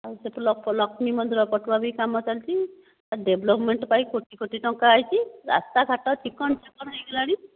ଆଉ ସେ ଲକ୍ଷ୍ମୀ ମନ୍ଦିର ପଟୁଆ ବି କାମ ଚାଲିଛି ଏ ଡେଭେଲପମେଣ୍ଟ ପାଇଁ କୋଟି କୋଟି ଆଇଛି ରାସ୍ତା ଘାଟ ଚିକ୍କଣ ଚାକ୍କଣ ହୋଇଗଲାଣି